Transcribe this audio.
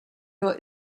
nur